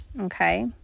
okay